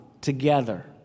together